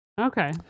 Okay